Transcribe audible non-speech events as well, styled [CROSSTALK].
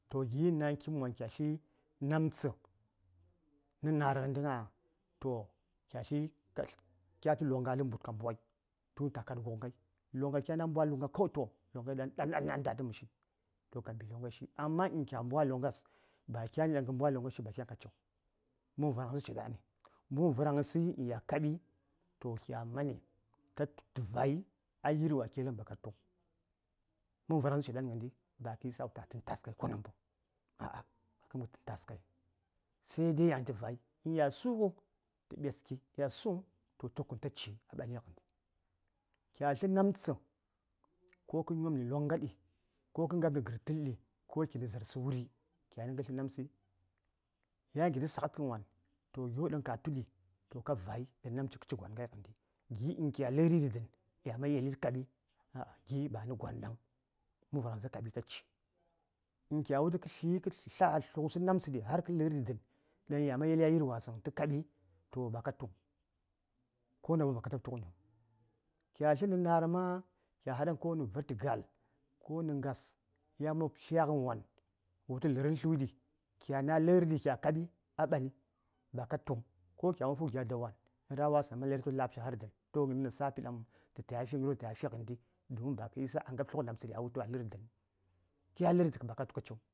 ﻿Toh gi: nai nə kitn wan kya tli nə na:r ghəndi gna kya tu longa a ləb mbud ka mbwai doŋ ta kad wuŋ ghai longa kyana mbwa longa toh longa ɗan ɗa ɗan a ndad məshi amma uhn kya mbwa longas ba kyan ɗaŋ kə mbwa longa shi ba kyan ghən ka ciŋ mən varaŋsə ci ɗa ɗani mən varaŋsəi ya kaɓi toh kya mani ta vai yirwa kya yelghən amma ba ka tuŋ mən varaŋsə ciɗa ɗaŋ ghəndi ba kə isa a taghən ta:s kai ko namboŋ həŋ ah ah [UNINTELLIGIBLE] sai dai yaŋshi tə vai uhn ya sughə toh tə ɓeskiya suŋ kuma cik kən ta ci a ɓani ghəndi kya tlə namtsə kə nyomni longa ɗi ko kə ngab ni gərtəl ɗi ko kinə za:rsə wuri kyani ɗaŋ kə tlə namtsəi yan kitə saghadkən wan toh ghəryo ɗaŋ kya tuɗi to ka vai ɗa namtses toh kə ci gwan ghai ghəndi giɗaŋ kya ləri ɗi dən ah ah gi banə gwan daŋ mən varaŋsə ta kaɓ ta ci uhn kya wultu kə tlə namtsə kə tli kə tla tluŋsə namtsə ɗi har kə lərɗi dən uhn ya man yali a yir wasəŋ toh ta kaɓi toh ba ka tuŋ konə gna ni ba ka taɓa tughəniŋ kya tləni nə na:r ma uhn kya haɗa tə valti ga:l ko nə ngas ɗaŋ ya mob ki tlyaghəni wan wo wultu lu:rən tluyi ɗi kya na lərdi ca kaɓi aɓani ba ka tuŋ ko kya man fu: gya dawan ra: wasəŋ ya malari tə la:b shi har dən toh ghən safi ɗaŋ tə taya fi ghəryo daŋ tə taya fi domin ba isa a ngab tluk namtsə lə:rɗi dən kya lərɗi dən ba ka tu kə ciŋ